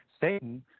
Satan